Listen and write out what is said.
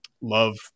Love